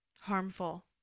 harmful